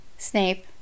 Snape